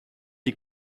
die